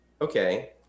Okay